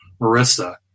Marissa